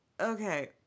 Okay